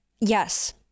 Yes